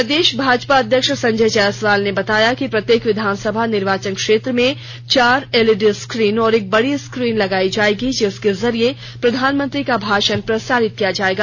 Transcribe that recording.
प्रदेश भाजपा अध्यक्ष संजय जायसवाल ने बताया कि प्रत्येक विधानसभा निर्वाचन क्षेत्र में चार एलई डी स्क्रीन और एक बड़ी स्क्रीन लगाए जाएंगे जिसके जरिए प्रधानमंत्री का भाषण प्रसारित किया जाएगा